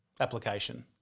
application